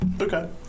okay